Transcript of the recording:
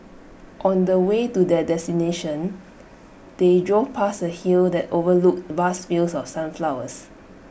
on the way to their destination they drove past A hill that overlooked vast fields of sunflowers